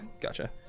gotcha